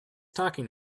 talking